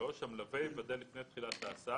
המלווה יוודא לפני תחילת ההסעה,